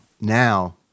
Now